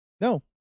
No